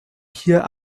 hier